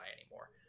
anymore